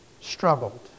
struggled